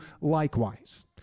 likewise